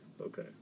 Okay